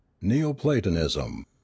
neoplatonism